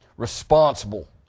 Responsible